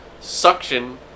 suction